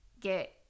get